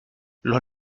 los